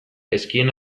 ezkien